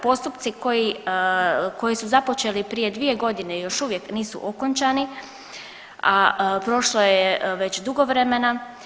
Postupci koji su započeli prije dvije godine još uvijek nisu okončani, a prošlo je već dugo vremena.